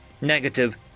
Negative